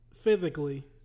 physically